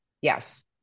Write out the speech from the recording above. Yes